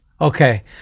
Okay